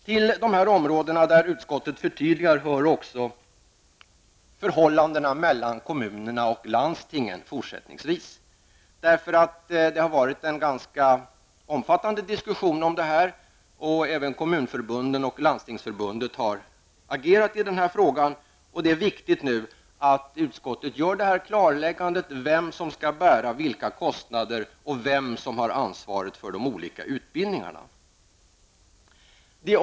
Till de områden där utskottet gör förtydliganden hör också detta med förhållandena mellan kommunerna och landstingen fortsättningsvis. Det har ju varit en ganska omfattande diskussion om dessa saker. Även Kommunförbundet och Landstingsförbundet har agerat i frågan. Det är nu viktigt att utskottet gör ett klarläggande om vem som skall bära vilka kostnader och vem som har ansvaret för de olika utbildningarna.